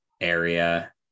area